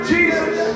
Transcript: Jesus